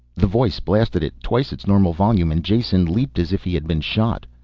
the voice blasted at twice its normal volume and jason leaped as if he had been shot.